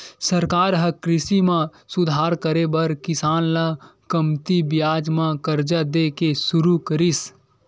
सरकार ह कृषि म सुधार करे बर किसान ल कमती बियाज म करजा दे के सुरू करिस